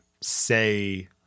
say